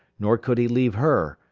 nor could he leave her,